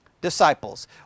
Disciples